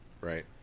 right